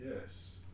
Yes